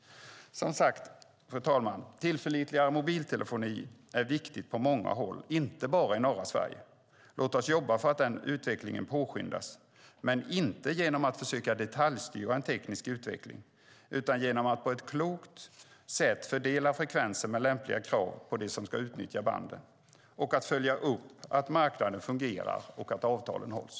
Fru talman! Tillförlitligare mobiltelefoni är som sagt viktig på många håll, inte bara i norra Sverige. Låt oss jobba för att den utvecklingen påskyndas, men inte genom att försöka detaljstyra en teknisk utveckling utan genom att på ett klokt sätt fördela frekvenser med lämpliga krav på dem som ska utnyttja banden och genom att följa upp att marknaden fungerar och att avtalen hålls.